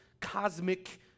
cosmic